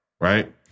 Right